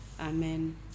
Amen